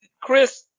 Chris